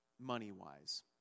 money-wise